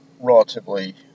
relatively